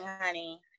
honey